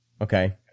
Okay